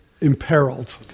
imperiled